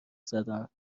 زدم